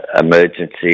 emergency